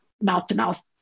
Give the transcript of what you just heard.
mouth-to-mouth